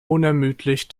unermüdlich